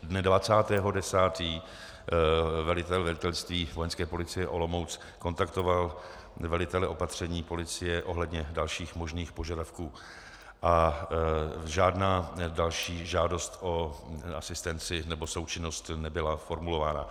Dne 20. 10. velitel velitelství Vojenské policie Olomouc kontaktoval velitele opatření policie ohledně dalších možných požadavků a žádná další žádost o asistenci nebo součinnost nebyla formulována.